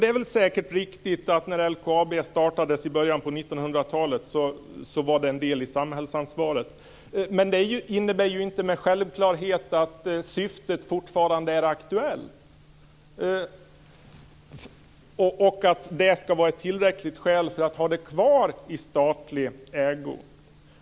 Det är väl säkert riktigt att det när LKAB startade i början av 1900-talet var en del i samhällsansvaret, men det innebär ju inte med självklarhet att syftet fortfarande är aktuellt och att det skall vara tillräckligt skäl för att ha det kvar i statlig ägo.